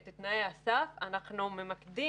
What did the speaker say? יש לכם תקרה של כמה כסף נמצא בתכנית הזאת?